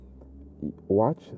watch